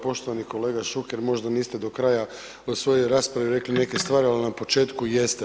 Poštovani kolega Šuker možda niste do kraja u svojoj raspravi rekli neke stvari, ali na početku jeste.